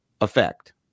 effect